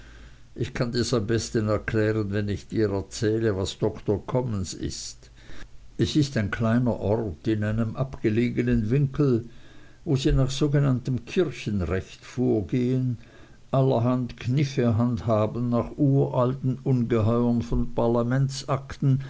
ich kann dirs am besten erklären wenn ich dir erzähle was doktors commons ist es ist ein kleiner ort in einem abgelegenen winkel wo sie nach sogenanntem kirchenrecht vorgehen allerhand kniffe handhaben nach uralten ungeheuern von